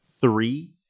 three